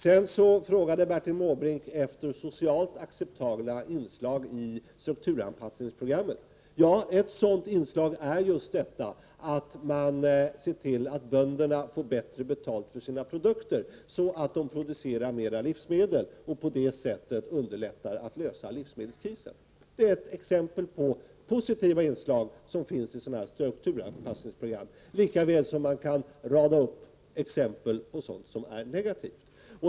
Bertil Måbrink frågade efter socialt acceptabla inslag i strukturanpassningsprogrammet. Ett sådant inslag är just att se till att bönderna får bättre betalt för sina produkter så att de kan producera mer livsmedel. På det sättet underlättar de en lösning av livsmedelskrisen. Det är ett exempel på de positiva inslag som finns i de här strukturanpassningsprogrammen. Lika väl kan man rada upp exempel på sådant som är negativt.